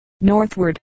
northward